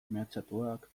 mehatxatuak